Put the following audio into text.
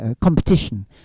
competition